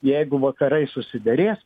jeigu vakarai susiderės